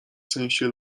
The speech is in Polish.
sensie